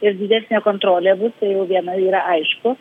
ir didesnė kontrolė bus tai jau viena yra aišku